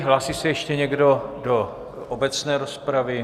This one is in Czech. Hlásí se ještě někdo do obecné rozpravy?